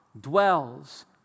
dwells